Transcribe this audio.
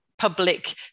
public